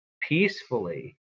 peacefully